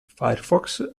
firefox